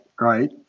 right